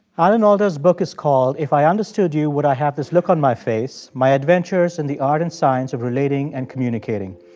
alan alda's book is called if i understood you, would i have this look on my face? my adventures in the art and science of relating and communicating.